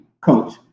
coach